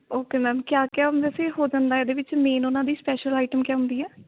okay ma'am ਕਿਆ ਕਿਆ ਵੈਸੇ ਹੋ ਜਾਂਦਾ ਹੈ ਇਹਦੇ ਵਿੱਚ ਮੇਨ ਉਹਨਾਂ ਦੀ ਸਪੈਸ਼ਲ ਆਈਟਮ ਕਿਆ ਹੁੰਦੀ ਆ